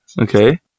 Okay